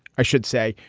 i should say,